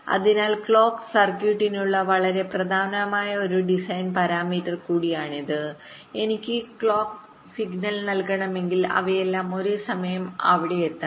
അതിനാൽ ക്ലോക്ക് സർക്യൂട്രിക്കുള്ള വളരെ പ്രധാനപ്പെട്ട ഒരു ഡിസൈൻ പാരാമീറ്റർ കൂടിയാണിത് എനിക്ക് ക്ലോക്ക് സിഗ്നൽ നൽകണമെങ്കിൽ അവയെല്ലാം ഒരേ സമയം അവിടെയെത്തണം